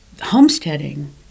homesteading